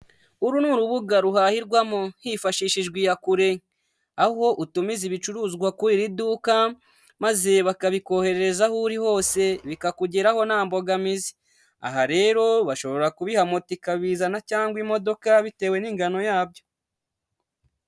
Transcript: Uru ni urubuga ruhahirwamo hifashishijwe iya kure, aho utumiza ibicuruzwa kuri iri duka maze bakabikohereza aho uri hose, bikakugeraho nta mbogamizi, aha rero bashobora kubiha mota ikabizana cyangwa imodoka bitewe n'ingano yabyo.